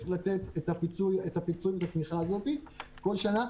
לתת את הפיצוי ואת התמיכה הזאת כל שנה.